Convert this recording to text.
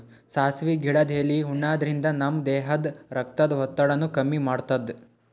ಸಾಸ್ವಿ ಗಿಡದ್ ಎಲಿ ಉಣಾದ್ರಿನ್ದ ನಮ್ ದೇಹದ್ದ್ ರಕ್ತದ್ ಒತ್ತಡಾನು ಕಮ್ಮಿ ಮಾಡ್ತದ್